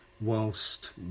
whilst